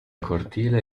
cortile